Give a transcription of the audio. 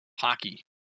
hockey